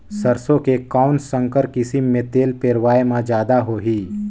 सरसो के कौन संकर किसम मे तेल पेरावाय म जादा होही?